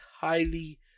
highly